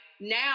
now